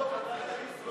סעיפים 1 2 נתקבלו.